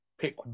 pick